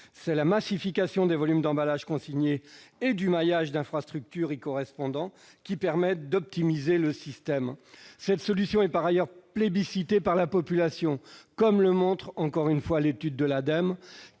C'est la massification des volumes d'emballages consignés et du maillage d'infrastructures correspondant qui permet d'optimiser le système. Cette solution est par ailleurs plébiscitée par la population, comme le montre également l'étude de l'Ademe,